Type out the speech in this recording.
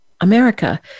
America